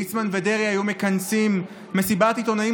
ליצמן ודרעי מכנסים מסיבת עיתונאים